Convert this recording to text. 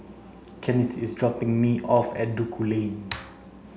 Kennith is dropping me off at Duku Lane